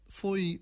foi